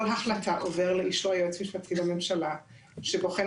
כל החלטה עובר לאישור היועץ המשפטי לממשלה שבוחן